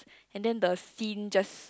and then the scene just